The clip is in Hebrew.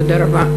תודה רבה.